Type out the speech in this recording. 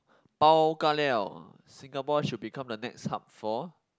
pao-ka-liao Singapore should become the next hub for